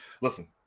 listen